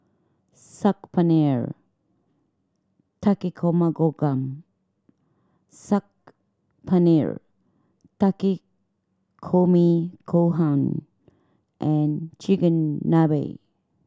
Saag Paneer Takikomi Saag Paneer Takikomi Gohan and Chigenabe